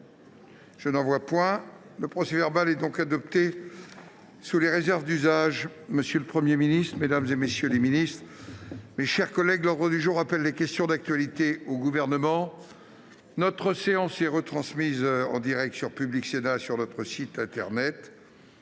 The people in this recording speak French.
d'observation ?... Le procès-verbal est adopté sous les réserves d'usage. Monsieur le Premier ministre, mesdames, messieurs les ministres, mes chers collègues, l'ordre du jour appelle les questions d'actualité au Gouvernement. Je rappelle que la séance est retransmise en direct sur Public Sénat et sur notre site internet.